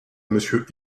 monsieur